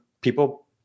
people